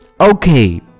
Okay